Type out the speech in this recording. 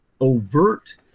overt